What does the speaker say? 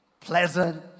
pleasant